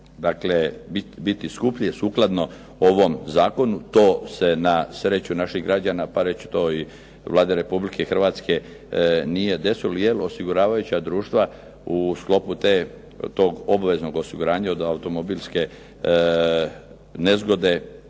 dakle biti skuplje sukladno ovom zakonu. To se na sreću naših građana, pa reći to i Vlade Republike Hrvatske, nije desilo jer osiguravajuća društva u sklopu tog obveznog osiguranja od automobilske nezgode